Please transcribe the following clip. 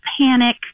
panic